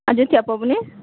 आ जितिया पाबनि